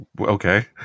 okay